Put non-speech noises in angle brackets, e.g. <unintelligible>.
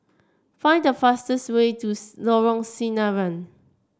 find the fastest way to <unintelligible> Lorong Sinaran